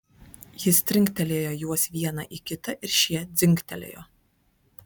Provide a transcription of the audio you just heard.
jis trinktelėjo juos vieną į kitą ir šie dzingtelėjo